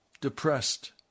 depressed